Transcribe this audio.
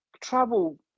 travel